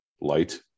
Light